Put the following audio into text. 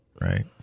right